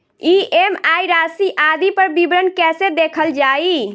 EMI राशि आदि पर विवरण कैसे देखल जाइ?